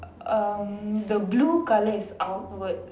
um the blue colour is outwards